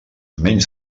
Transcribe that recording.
menys